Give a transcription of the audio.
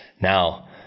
Now